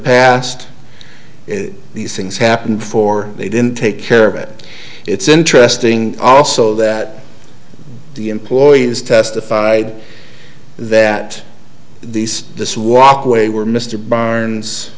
past these things happened before they didn't take care of it it's interesting also that the employees testified that these this walkway were mr barnes